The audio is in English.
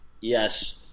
yes